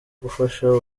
gufasha